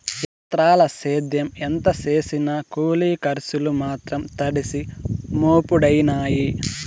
ఎంత్రాల సేద్యం ఎంత సేసినా కూలి కర్సులు మాత్రం తడిసి మోపుడయినాయి